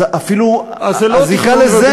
זה אפילו, הזיקה לזה, אז זה לא תכנון ובנייה.